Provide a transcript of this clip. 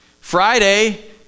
Friday